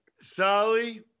Sally